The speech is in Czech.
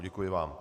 Děkuji vám.